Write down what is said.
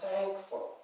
thankful